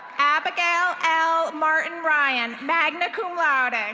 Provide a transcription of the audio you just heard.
abigail l martin-ryan, magna cum laude. and